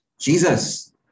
Jesus